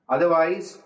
Otherwise